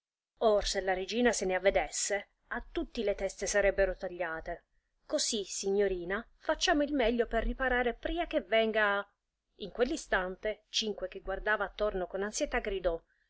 se la regina se ne avvedesse a tutti le teste sarebbero tagliate così signorina facciamo il meglio per riparare pria che venga a in quell'istante cinque che guardava attorno con ansietà gridò